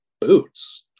Boots